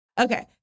Okay